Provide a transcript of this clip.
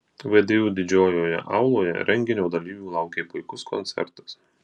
vdu didžiojoje auloje renginio dalyvių laukė puikus koncertas